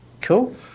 Cool